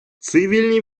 цивільні